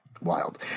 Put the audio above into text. Wild